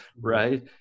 Right